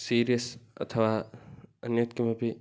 serious अथवा अन्यत् किमपि